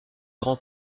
grands